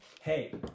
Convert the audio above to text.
hey